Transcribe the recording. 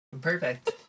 Perfect